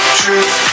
truth